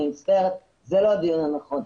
אני מצטערת, זה לא הדיון הנכון.